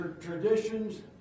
traditions